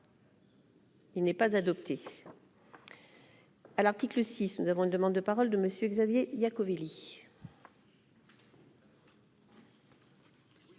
Il n'est pas adopté à l'article 6 nous avons une demande de parole de monsieur Xavier il